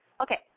Okay